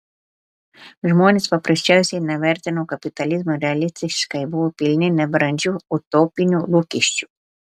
žmonės paprasčiausiai nevertino kapitalizmo realistiškai buvo pilni nebrandžių utopinių lūkesčių